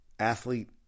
Athlete